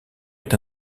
est